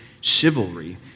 chivalry